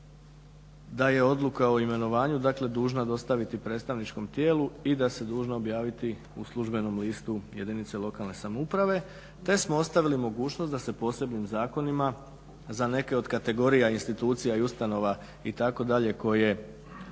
da je odluka o imenovanju, dakle dužna dostaviti predstavničkom tijelu i da se dužna objaviti u službenom listu jedinice lokalne samouprave, te smo ostavili mogućnost da se posebnim zakonima za neke od kategorija institucija i ustanova itd. koje